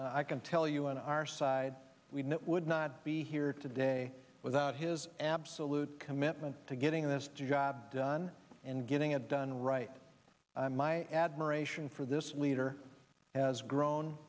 i can tell you on our side we know it would not be here today without his absolute commitment to getting this job done and getting it done right my admiration for this leader has grown